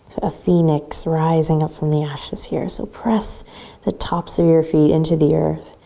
a phoenix rising up from the ashes here. so press the tops of your feet into the earth.